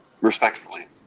Respectfully